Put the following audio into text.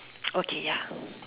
okay ya